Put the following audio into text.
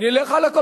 זה לא סותר את זה.